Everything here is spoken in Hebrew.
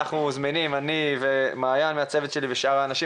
אנחנו זמינים אני ומעיין מהצוות שלי ושאר האנשים